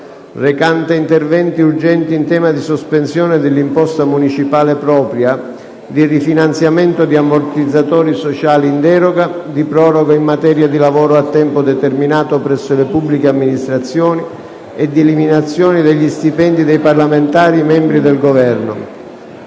recante interventi urgenti in tema di sospensione dell'imposta municipale propria, di rifinanziamento di ammortizzatori sociali in deroga, di proroga in materia di lavoro a tempo determinato presso le pubbliche amministrazioni e di eliminazione degli stipendi dei parlamentari membri del Governo***